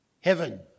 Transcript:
Heaven